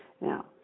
now